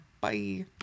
Bye